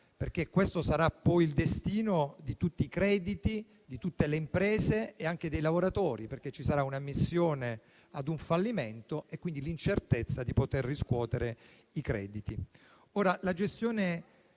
perché questo sarà poi il destino di tutti i crediti, di tutte le imprese e anche dei lavoratori, perché ci sarà l'ammissione di un fallimento e quindi l'incertezza di poter riscuotere i crediti. La gestione